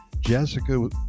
Jessica